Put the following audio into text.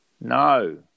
No